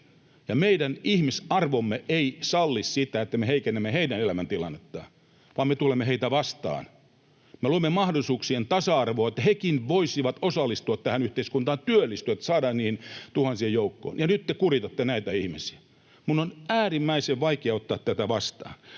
meidän ihmisarvomme ei salli sitä, että me heikennämme heidän elämäntilannettaan, vaan me tulemme heitä vastaan ja me luomme mahdollisuuksien tasa-arvoa, että hekin voisivat osallistua tähän yhteiskuntaan, työllistyä, päästä niiden tuhansien joukkoon. Ja nyt te kuritatte näitä ihmisiä. Minun on äärimmäisen vaikea ottaa tätä vastaan.